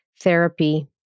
therapy